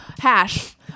Hash